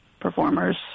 performers